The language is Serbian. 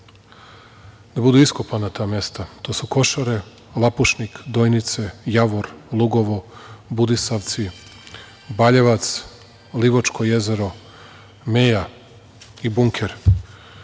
da budu iskopana ta mesta, to su Košare, Lapušnik, Dojnice, Javor, Lugovo, Budisavci, Baljevac, Livačko jezero, Meja i